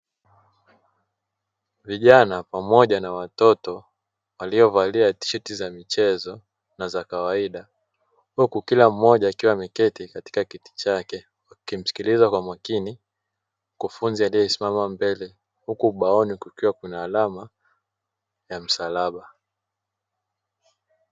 Vijana pamoja na watoto waliovalia tisheti za michezo na za kawaida, huku kila mmoja akiwa ameketi katika kiti chake wakimsikiliza kwa makini mkufunzi aliyesimama mbele, huku ubaoni kukiwa kuna alama ya msalaba.